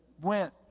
went